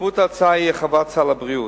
משמעות ההצעה היא הרחבת סל הבריאות.